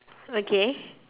okay